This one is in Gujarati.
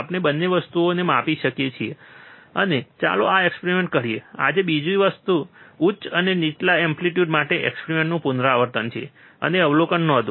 આપણે બંને વસ્તુઓને માપી શકીએ છીએ અને ચાલો આ એક્સપેરિમેન્ટ કરીએ આજે બીજી વસ્તુ ઉચ્ચ અને નીચલા એમ્પ્લીટયુડ માટે એક્સપેરિમેન્ટનું પુનરાવર્તન છે અને અવલોકનો નોંધો